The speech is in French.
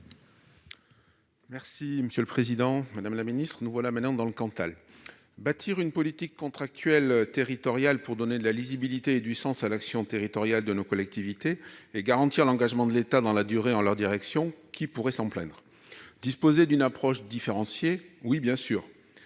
parole est à M. Stéphane Sautarel. Nous voici maintenant dans le Cantal ... Bâtir une politique contractuelle territoriale pour donner de la lisibilité et du sens à l'action territoriale de nos collectivités et garantir l'engagement de l'État dans la durée en leur direction : qui s'en plaindrait ? Disposer d'une approche différenciée ? Oui, bien sûr